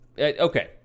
okay